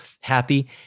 happy